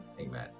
Amen